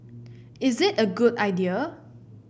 is it a good idea